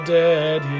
dead